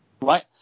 right